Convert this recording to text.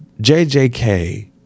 JJK